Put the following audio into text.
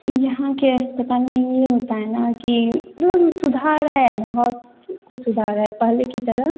यहाँ के अस्पताल में ये होता है ना कि मतलब सुधार है बहुत कुछ सुधार है पहले की तरह